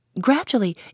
Gradually